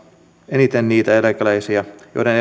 eniten niitä eläkeläisiä joiden eläke on jo pieni